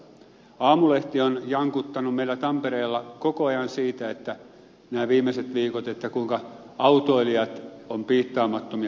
aamulehti on jankuttanut meillä tampereella koko ajan siitä nämä viimeiset viikot kuinka autoilijat ovat piittaamattomia